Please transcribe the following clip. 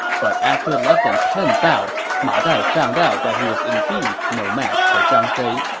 but after less than ten bouts, ma dai found out that he was indeed no match for zhang fei,